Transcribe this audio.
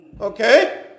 okay